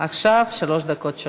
עכשיו שלוש דקות שלך.